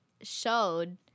showed